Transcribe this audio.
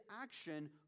action